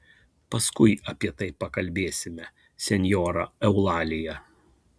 paskui apie tai pakalbėsime senjora eulalija